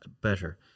better